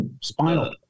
Spinal